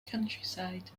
countryside